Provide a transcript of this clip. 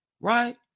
Right